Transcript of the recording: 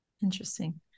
Interesting